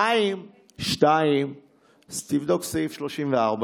2. תבדוק את סעיף 34(ג).